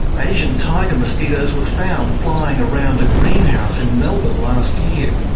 asian tiger mosquitoes were found flying around a greenhouse in melbourne last year.